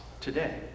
today